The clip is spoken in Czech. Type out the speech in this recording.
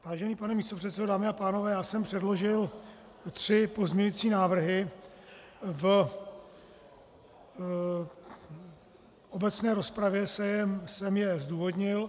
Vážený pane místopředsedo, dámy a pánové, já jsem předložil tři pozměňující návrhy, v obecné rozpravě jsem je zdůvodnil.